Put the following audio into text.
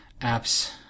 apps